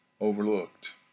overlooked